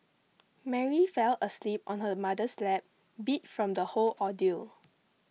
Mary fell asleep on her mother's lap beat from the whole ordeal